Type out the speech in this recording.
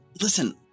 listen